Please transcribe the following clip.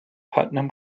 putnam